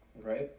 Right